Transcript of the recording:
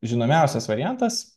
žinomiausias variantas